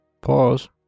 Pause